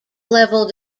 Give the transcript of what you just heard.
level